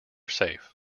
safe